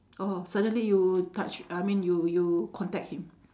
oh suddenly you touch I mean you you contact him